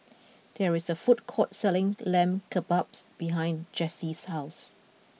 there is a food court selling Lamb Kebabs behind Jessye's house